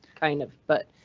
kind of, but.